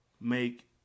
make